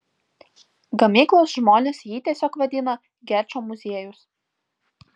gamyklos žmonės jį tiesiog vadina gečo muziejus